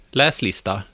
läslista